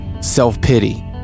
self-pity